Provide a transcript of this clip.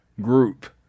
group